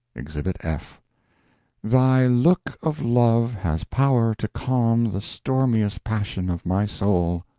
exhibit f thy look of love has power to calm the stormiest passion of my soul.